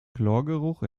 chlorgeruch